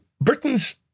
Britain's